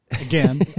again